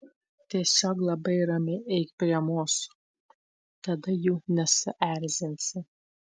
tiesiog labai ramiai eik prie mūsų tada jų nesuerzinsi